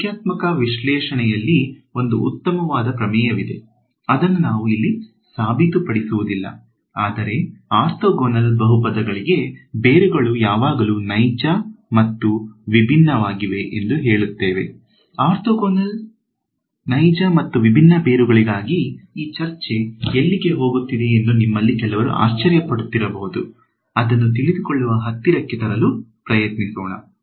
ಸಂಖ್ಯಾತ್ಮಕ ವಿಶ್ಲೇಷಣೆಯಲ್ಲಿ ಒಂದು ಉತ್ತಮವಾದ ಪ್ರಮೇಯವಿದೆ ಅದನ್ನು ನಾವು ಇಲ್ಲಿ ಸಾಬೀತುಪಡಿಸುವುದಿಲ್ಲ ಆದರೆ ಆರ್ಥೋಗೋನಲ್ ಬಹುಪದಗಳಿಗೆ ಬೇರುಗಳು ಯಾವಾಗಲೂ ನೈಜ ಮತ್ತು ವಿಭಿನ್ನವಾಗಿವೆ ಎಂದು ಹೇಳುತ್ತೇವೆ ಆರ್ಥೋಗೋನಲ್ ನೈಜ ಮತ್ತು ವಿಭಿನ್ನ ಬೇರುಗಳಿಗಾಗಿ ಈ ಚರ್ಚೆ ಎಲ್ಲಿಗೆ ಹೋಗುತ್ತಿದೆ ಎಂದು ನಿಮ್ಮಲ್ಲಿ ಕೆಲವರು ಆಶ್ಚರ್ಯ ಪಡುತ್ತಿರಬಹುದು ಅದನ್ನು ತಿಳಿದುಕೊಳ್ಳುವ ಹತ್ತಿರಕ್ಕೆ ತರಲು ಪ್ರಯತ್ನಿಸೋಣ